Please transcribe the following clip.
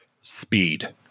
speed